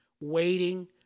waiting